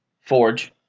Forge